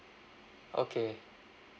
okay